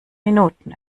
minuten